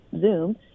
Zoom